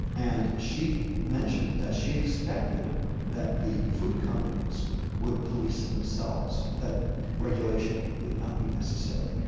and she mentioned that she expected that the food companies would police themselves, that regulation would not be necessary.